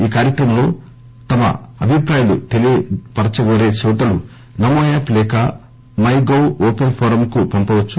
ఈ కార్యక్రమంలో తమ అభిప్రాయాలు తెలియపరచగోరే శ్రోతలు నమో యాప్ లేక మౌగొప్ ఓపెన్ ఫోరమ్ కు పంపవచ్చు